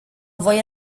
voi